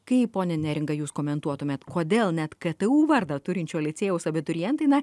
kaip ponia neringa jūs komentuotumėt kodėl net ktu vardą turinčio licėjaus abiturientai na